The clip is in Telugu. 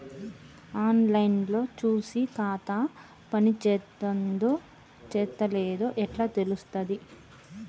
ఆన్ లైన్ లో చూసి ఖాతా పనిచేత్తందో చేత్తలేదో ఎట్లా తెలుత్తది?